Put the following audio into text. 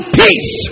peace